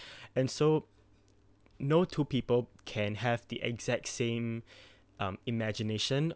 and so no two people can have the exact same um imagination